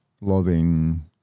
loving